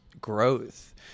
growth